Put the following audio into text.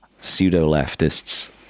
pseudo-leftists